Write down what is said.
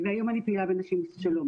היום אני פעילה ב"נשים עושות שלום".